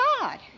God